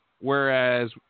whereas